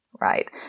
Right